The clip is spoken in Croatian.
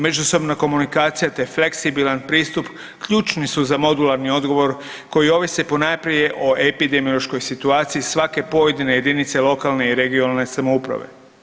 Međusobna komunikacija te fleksibilan pristup, ključni su za modularni odgovor koji ovise ponajprije o epidemiološkoj situaciji svake pojedine jedinice lokalne i regionalne samouprave.